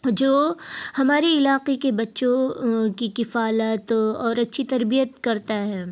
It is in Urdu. جو ہماری علاقے کے بچوں کی کفالت اور اچھی تربیت کرتا ہے